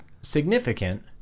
significant